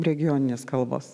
regioninės kalbos